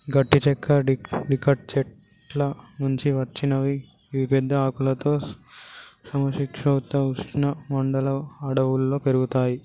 గట్టి చెక్క డికాట్ చెట్ల నుంచి వచ్చినవి గివి పెద్ద ఆకులతో సమ శీతోష్ణ ఉష్ణ మండల అడవుల్లో పెరుగుతయి